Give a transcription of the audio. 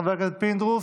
חבר הכנסת פינדרוס,